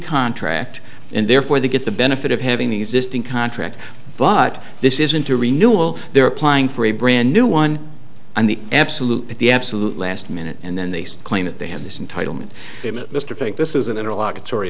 contract and therefore they get the benefit of having the existing contract but this isn't a renewal they are applying for a brand new one and the absolute the absolute last minute and then they claim that they have this entitle me mr fink this is